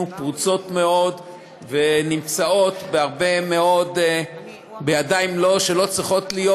פרוצות מאוד ונמצאות בידיים שלא צריכות להיות.